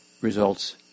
results